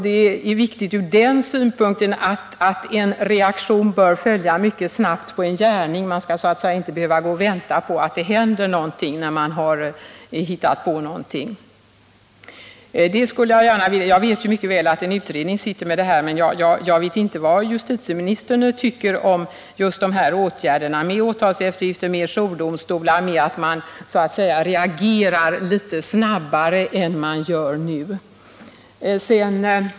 Det är viktigt ur den synpunkten att en reaktion bör följa mycket snabbt på en gärning. Man skall inte behöva gå och vänta på att det händer någonting när man har gjort sig skyldig till något. Jag vet mycket väl att en utredning sysslar med det här, men jag vet inte vad justitieministern tycker om sådana åtgärder som åtalseftergifter och jourdomstolar och att samhället reagerar litet snabbare än det gör nu.